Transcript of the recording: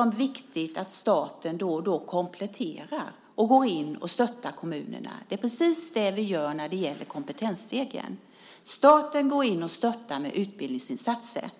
är viktigt att staten då och då kompletterar och går in och stöttar kommunerna. Det är precis vad vi gör när det gäller Kompetensstegen. Staten går in och stöttar med utbildningsinsatser.